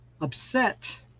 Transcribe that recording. upset